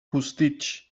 costitx